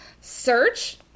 search